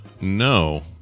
no